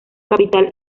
capital